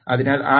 അതിനാൽ ആർ